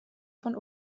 von